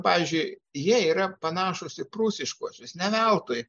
pavyzdžiui jie yra panašūs į prūsiškuosius ne veltui